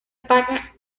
españa